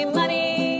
money